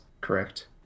correct